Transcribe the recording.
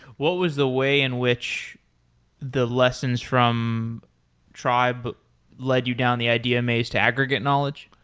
what was the way in which the lessons from tribe led you down the idea maze to aggregate knowledge?